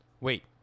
wait